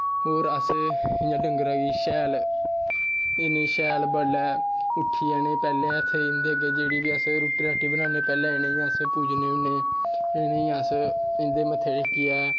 होर अस इ'यां डंगरे गी शैल इन्ने शैल बडलै उट्ठियै पैह्लें हत्थ जेह्ड़ी बी अस रुट्टी राट्टी बनान्नें पैह्लें इ'नें गी अस पूजने होन्नें ते इ'यां अस इं'दे मत्थे टेकियै